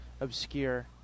obscure